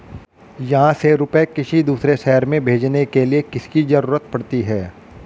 यहाँ से रुपये किसी दूसरे शहर में भेजने के लिए किसकी जरूरत पड़ती है?